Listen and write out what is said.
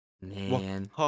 Man